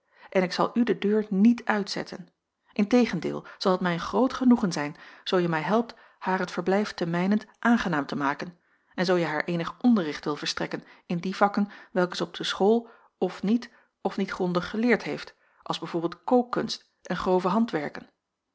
en ik zal u de deur niet uitzetten in tegendeel zal het mij een groot genoegen zijn zoo je mij helpt haar het verblijf te mijnent aangenaam te maken en zoo je haar eenig onderricht wilt verstrekken in die vakken welke zij op de school of niet of niet grondig geleerd heeft als b v kookkunst en grove